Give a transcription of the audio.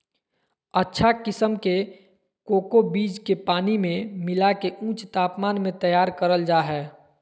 अच्छा किसम के कोको बीज के पानी मे मिला के ऊंच तापमान मे तैयार करल जा हय